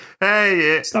Hey